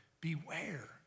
beware